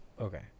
okay